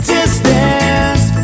Distance